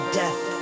death